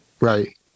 Right